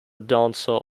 dancer